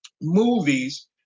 movies